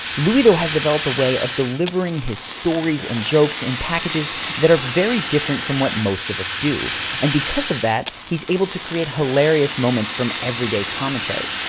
louis, though, has developed a way of delivering his stories and jokes in packages that are very different from what most of us do and because of that, he's able to create hilarious moments from everyday commentary.